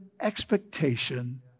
expectation